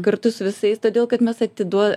kartu su visais todėl kad mes atiduo